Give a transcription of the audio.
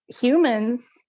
humans